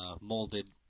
molded